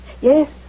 Yes